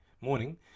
morning